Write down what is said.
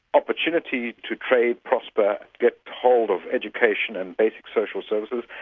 opportunity to trade, prosper, get hold of education and basic social services,